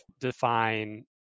define